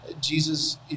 Jesus